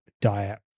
diet